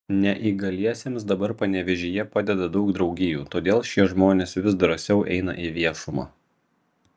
neįgaliesiems dabar panevėžyje padeda daug draugijų todėl šie žmonės vis drąsiau eina į viešumą